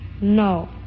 No